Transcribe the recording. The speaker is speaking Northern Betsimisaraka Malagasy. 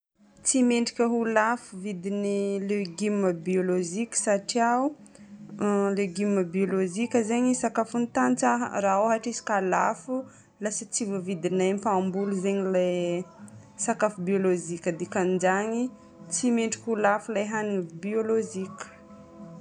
Tsy mendrika ho lafo vidin'ny légume biôlôziky satria légume biôlôzika zany sakafon'ny tantsaha. Raha ôhatra izy ka lafo, lasa tsy voavidinay mpamboly zegny ilay sakafo biôlôzika. Dikan'izany tsy mendrika ho lafo ilay hanigny biôlôzika.